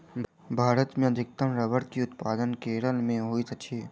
भारत मे अधिकतम रबड़ के उत्पादन केरल मे होइत अछि